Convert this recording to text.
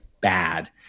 bad